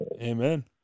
Amen